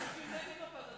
מתנגדים למפת הדרכים.